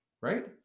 Right